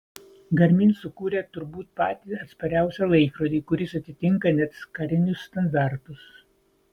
garmin sukūrė turbūt patį atspariausią laikrodį kuris atitinka net karinius standartus